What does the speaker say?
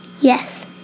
Yes